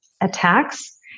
attacks